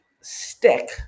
stick